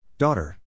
Daughter